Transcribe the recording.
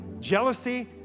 jealousy